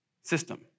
system